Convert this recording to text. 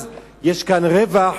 אז יש כאן רווח,